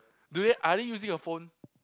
do they are they using a phone